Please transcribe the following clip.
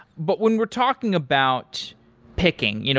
but when we're talking about picking, you know